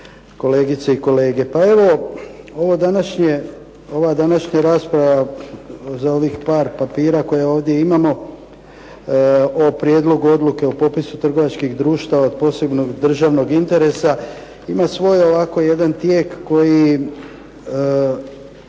kolegice i kolege. Ova današnja rasprava za ovih par papira koje ovdje imamo o Prijedlogu odluke o popisu trgovačkih društava od posebnog državnog interesa ima svoj ovako jedan tijek koji